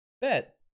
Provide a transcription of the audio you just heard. bet